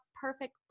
perfect